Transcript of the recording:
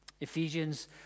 Ephesians